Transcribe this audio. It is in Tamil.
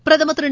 பிரதமா் திரு